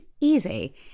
easy